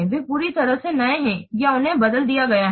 वे पूरी तरह से नए हैं या उन्हें बदल दिया गया है